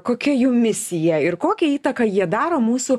kokia jų misija ir kokią įtaką jie daro mūsų